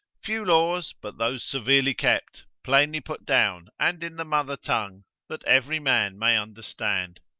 few laws, but those severely kept, plainly put down, and in the mother tongue, that every man may understand.